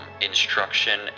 instruction